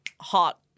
hot